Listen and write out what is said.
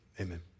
Amen